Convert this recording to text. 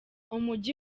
umujyi